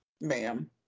ma'am